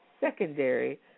secondary